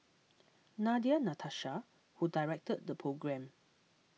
Nadia Natasha who directed the programme